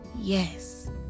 Yes